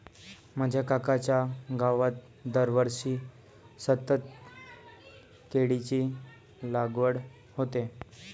माझ्या काकांच्या गावात दरवर्षी सतत केळीची लागवड होते